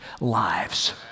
lives